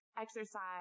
exercise